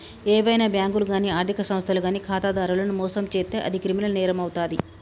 ఏవైనా బ్యేంకులు గానీ ఆర్ధిక సంస్థలు గానీ ఖాతాదారులను మోసం చేత్తే అది క్రిమినల్ నేరమవుతాది